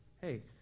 Hey